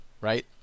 right